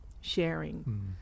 sharing